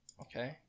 Okay